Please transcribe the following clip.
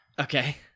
Okay